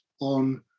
on